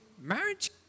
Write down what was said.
marriage